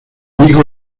amigo